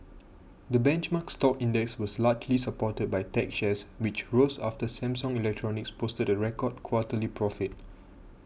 the benchmark stock index was largely supported by tech shares which rose after Samsung Electronics posted a record quarterly profit